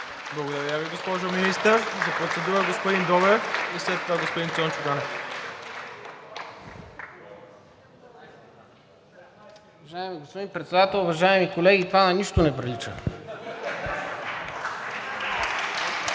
Благодаря Ви, госпожо Министър. За процедура – господин Добрев, а след това господин Цончо Ганев.